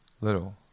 little